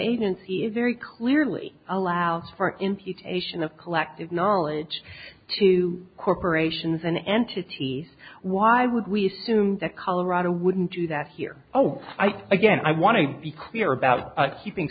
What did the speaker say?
agency is very clearly allows for imputation of collective knowledge to corporations and entities why would we assume that colorado wouldn't do that here oh i again i want to be clear about keeping